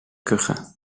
kuchen